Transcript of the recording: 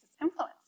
influence